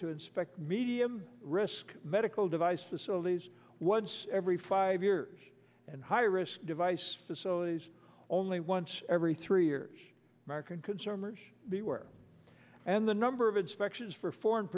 to inspect medium risk medical devices so these once every five years and high risk device facilities only once every three years american consumers be aware and the number of inspections for